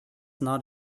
not